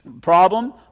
problem